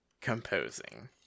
composing